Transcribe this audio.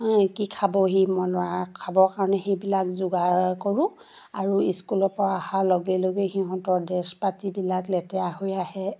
কি খাবহি মন খাবৰ কাৰণে সেইবিলাক যোগাৰ কৰোঁ আৰু স্কুলৰপৰা অহাৰ লগে লগে সিহঁতৰ ড্ৰেছ পাতিবিলাক লেতেৰা হৈ আহে